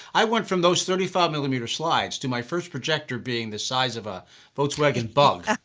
i went from those thirty five mm and and mm you know slides, to my first projector being the size of a volkswagen bug.